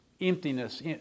emptiness